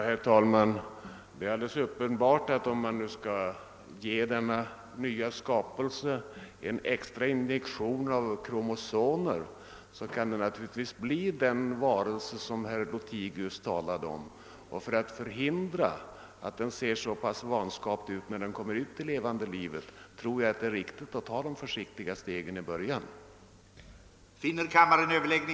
Herr talman! Uppenbart är att om man ger denna nya skapelse en extra injektion av kromosomer, så kan det bli den varelse som herr Lothigius talar om. Men för att förhindra att den ser vanskapt ut när den kommer ut i levande livet tror jag det är riktigt att ta försiktiga steg i början.